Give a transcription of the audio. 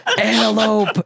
antelope